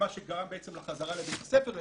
במה שגרם בעצם לחזרה לבית הספר,